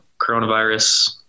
coronavirus